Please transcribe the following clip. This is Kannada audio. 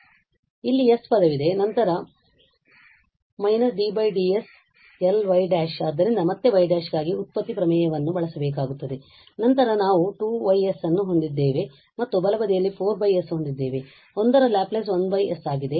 ಆದ್ದರಿಂದ ಇಲ್ಲಿ s ಪದವಿದೆ ಮತ್ತು ನಂತರ d ds Ly′ ಆದ್ದರಿಂದ ಮತ್ತೆ y′ ಗಾಗಿ ವ್ಯುತ್ಪತ್ತಿ ಪ್ರಮೇಯವನ್ನು ಬಳಸಬೇಕಾಗುತ್ತದೆ ನಂತರ ನಾವು −2Y ಅನ್ನು ಹೊಂದಿದ್ದೇವೆ ಮತ್ತು ಬಲಬದಿಯಲ್ಲಿ 4 s ಹೊಂದಿದ್ದೇವೆ 1 ರ ಲ್ಯಾಪ್ಲೇಸ್ 1 s ಆಗಿದೆ